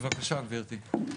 בבקשה גברתי.